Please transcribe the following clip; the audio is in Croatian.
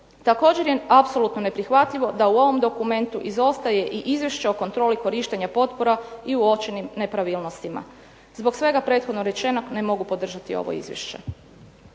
Također je apsolutno neprihvatljivo da u ovom dokumentu izostaje i izvješće o kontroli korištenja potpora i uočenim nepravilnostima. Zbog svega prethodno rečenog ne mogu podržati ovo Izvješće.